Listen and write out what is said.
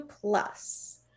plus